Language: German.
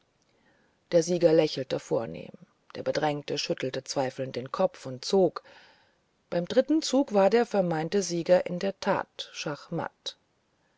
der sieger lächelte vornehm der bedrängte schüttelte zweifelnd den kopf und zog beim dritten zug war der vermeinte sieger in der tat schachmatt